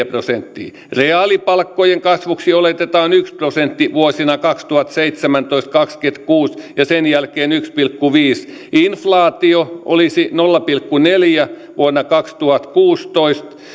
prosenttiin reaalipalkkojen kasvuksi oletetaan yksi prosentti vuosina kaksituhattaseitsemäntoista viiva kaksituhattakaksikymmentäkuusi ja sen jälkeen yksi pilkku viisi prosenttia inflaatio olisi nolla pilkku neljänä vuonna kaksituhattakuusitoista